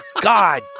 God